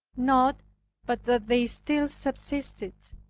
not but that they still subsisted,